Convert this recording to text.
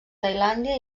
tailàndia